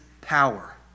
power